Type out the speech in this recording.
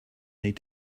need